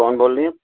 کون بول رہی ہیں